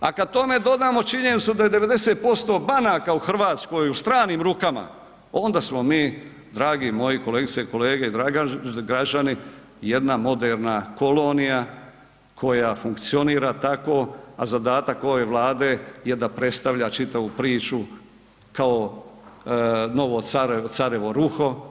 A kada tome dodamo činjenicu da je 90% banaka u Hrvatskoj u stranim rukama, onda smo mi dragi moji kolegice i kolege, dragi građani jedna moderna kolonija koja funkcionira tako, a zadatak ove Vlade je da predstavlja čitavu priču kao novo carevo ruho.